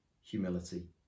humility